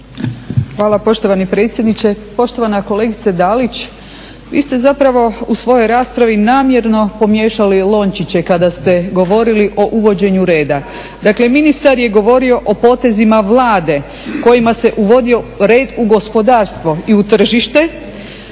Hvala poštovani predsjedniče. Poštovana kolegice Dalić, vi ste zapravo u svojoj raspravi namjerno pomiješali lončiće kada ste govorili o uvođenju reda. Dakle ministar je govorio o potezima Vlade kojima se uvodio red u gospodarstvo i u tržište,